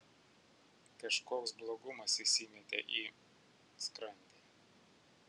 kažkoks blogumas įsimetė į skrandį